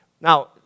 Now